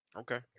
Okay